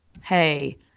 hey